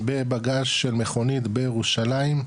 בבגז' של מכונית בירושלים,